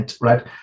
right